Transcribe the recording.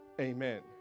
amen